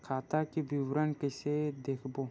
खाता के विवरण कइसे देखबो?